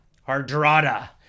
Hardrada